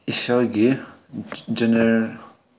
ꯏꯁꯥꯒꯤ ꯖꯦꯅꯔꯦꯜ